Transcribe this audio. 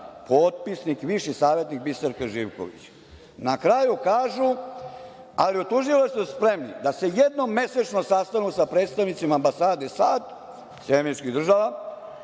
potpisnik viši savetnik Biserka Živković. Na kraju kažu – ali, u tužilaštvu su spremni da se jednom mesečno sastanu sa predstavnicima ambasade SAD-a i da